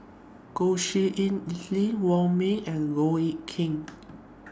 Goh Tshin En Sylvia Wong Ming and Goh Eck Kheng